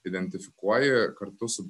identifikuoji kartu su